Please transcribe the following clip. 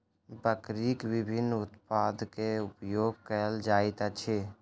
बकरीक विभिन्न उत्पाद के उपयोग कयल जाइत अछि